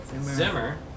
Zimmer